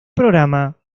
programa